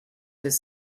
his